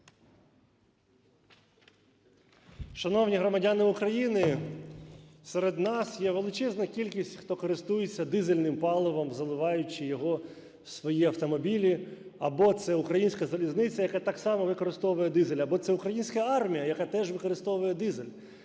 Шановні громадяни України, серед нас є величезна кількість, хто користується дизельним паливом, заливаючи його в свої автомобілі. Або це українська залізниця, яка так само використовує дизель, або це українська армія, яка теж використовує дизель.